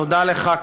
תודה לך,